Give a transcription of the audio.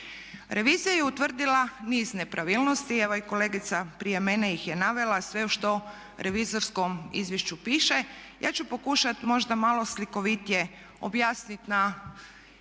Revizija je utvrdila niz nepravilnosti, evo i kolegica prije mene ih je navela sve što u revizorskom izvješću piše. Ja ću pokušati možda malo slikovitije objasniti na